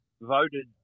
voted